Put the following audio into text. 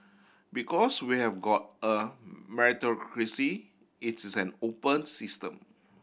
because we have got a meritocracy it's is an open system